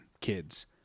kids